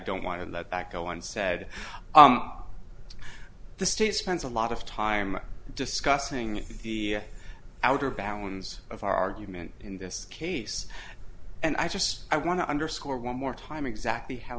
don't want to let that go on said the state spends a lot of time discussing the outer balance of argument in this case and i just i want to underscore one more time exactly how